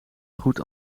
goed